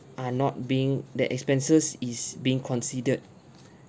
are not being that expenses is being considered